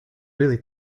really